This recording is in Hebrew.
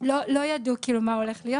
לא ידעו מה הולך להיות,